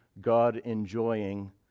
God-enjoying